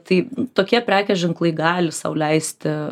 tai tokie prekės ženklai gali sau leisti